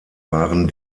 waren